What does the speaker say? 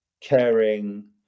caring